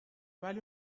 ولی